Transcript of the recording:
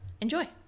enjoy